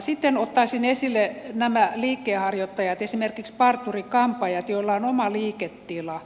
sitten ottaisin esille nämä liikkeenharjoittajat esimerkiksi parturi kampaajat joilla on oma liiketila